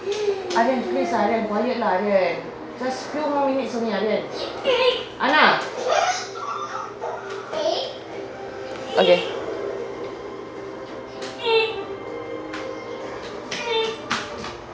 okay